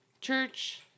church